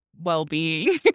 well-being